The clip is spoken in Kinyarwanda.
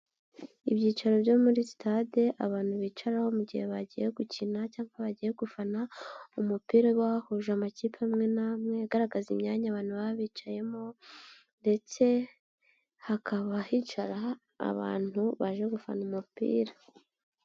Ibyicaro byo muri sitade, abantu bicaraho mu gihe bagiye gukina cyangwa bagiye gufana, umupira uba w'abahuje amakipe amwe n'amwe, agaragaza imyanya abantu baba bicayemo ndetse hakaba hicara abantu baje gufana umupira.